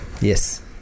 Yes